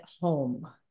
home